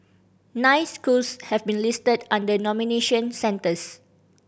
nine schools have been listed nomination centres